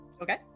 Okay